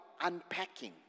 unpacking